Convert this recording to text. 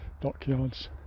dockyards